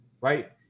right